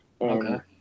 Okay